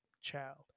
child